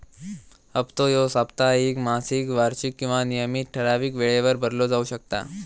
हप्तो ह्यो साप्ताहिक, मासिक, वार्षिक किंवा नियमित ठरावीक वेळेवर भरलो जाउ शकता